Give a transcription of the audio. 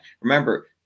Remember